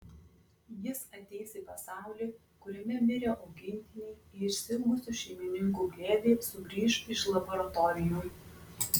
jis ateis į pasaulį kuriame mirę augintiniai į išsiilgusių šeimininkų glėbį sugrįš iš laboratorijų